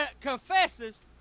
confesses